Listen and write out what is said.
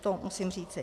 To musím říci.